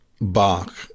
Bach